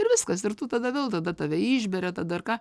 ir viskas ir tu tada vėl tada tave išberia tą dar ką